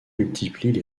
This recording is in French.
multiplient